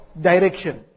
direction